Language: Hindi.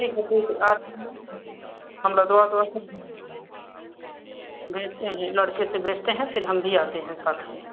ठीक है ठीक है आज हम लदवा उदवा के भेजते हैं ये लड़के से भेजते हैं फिर हम भी आते हैं साथ में